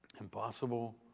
impossible